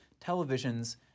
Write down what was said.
televisions